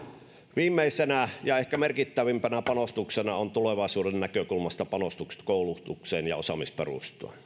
viimeisenä ja ehkä merkittävimpänä panostuksena tulevaisuuden näkökulmasta on panostukset koulutukseen ja osaamisperustaan